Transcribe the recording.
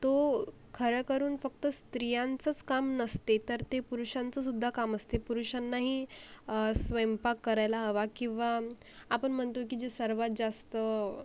तो खरं करून फक्त स्त्रियांचंच काम नसते तर ते पुरूषांचंसुद्धा काम असते पुरुषांनाही स्वयंपाक करायला हवा किंवा आपण म्हणतो की जे सर्वात जास्त